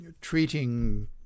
treating